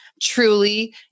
truly